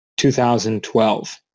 2012